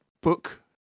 book